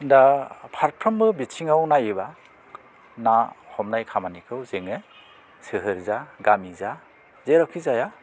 दा फारफ्रोमबो बिथिङाव नायोबा ना हमनाय खामानिखौ जोङो सोहोर जा गामि जा जेरावखि जाया